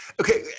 Okay